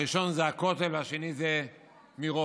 הראשון זה הכותל והשני זה מירון.